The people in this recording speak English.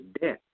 death